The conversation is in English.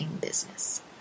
business